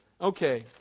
Okay